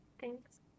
thanks